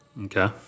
Okay